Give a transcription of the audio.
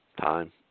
time